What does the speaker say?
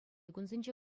кунсенче